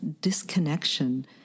disconnection